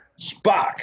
Spock